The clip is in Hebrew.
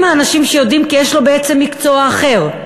האנשים שיודעים כי יש לו בעצם מקצוע אחר.